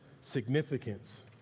significance